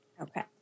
Okay